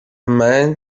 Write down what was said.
men